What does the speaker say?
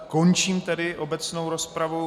Končím tedy obecnou rozpravu.